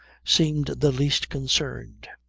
seemed the least concerned.